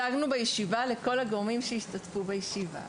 הצגנו בישיבה לכל הגורמים שהשתתפו בישיבה,